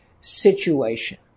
situation